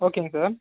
ஓகேங்க சார்